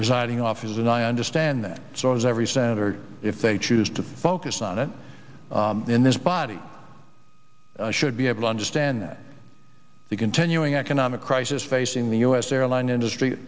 residing offices and i understand that so is every senator if they choose to focus on it in this body should be able understand that the continuing economic crisis facing the u s airline industry